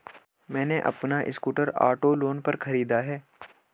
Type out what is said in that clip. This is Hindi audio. मैने अपना स्कूटर ऑटो लोन पर खरीदा है